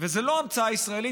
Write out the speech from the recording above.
וזו לא המצאה ישראלית,